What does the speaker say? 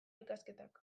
ikasketak